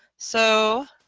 so